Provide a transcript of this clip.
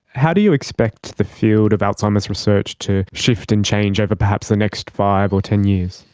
how do you expect the field of alzheimer's research to shift and change over perhaps the next five or ten years?